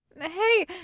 Hey